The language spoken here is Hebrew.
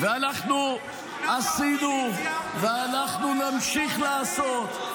ואנחנו עשינו, ואנחנו נמשיך לעשות.